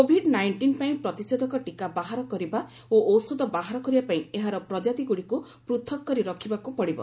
Covid nineteen ପାଇଁ ପ୍ରତିଷେଧକ ଟୀକା ବାହାର କରିବା ଓ ଔଷଧ ବାହାର କରିବା ପାଇଁ ଏହାର ପ୍ରଜାତି ଗୁଡ଼ିକୁ ପୃଥକ୍ କରି ରଖିବାକୁ ପଡିବ